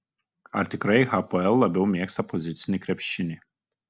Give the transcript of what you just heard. ar tikrai hapoel labiau mėgsta pozicinį krepšinį